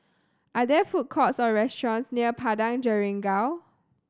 are there food courts or restaurants near Padang Jeringau